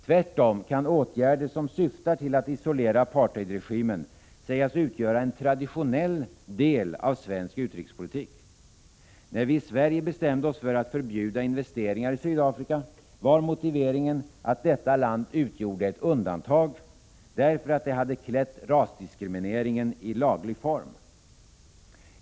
Tvärtom kan åtgärder som syftar till att isolera apartheidregimen sägas utgöra en traditionell del av svensk utrikespolitik. När vi i Sverige bestämde oss för att förbjuda investeringar i Sydafrika, var motiveringen att detta land utgjorde ett undantag, därför att det hade klätt rasdiskrimineringen i laglig form.